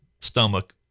stomach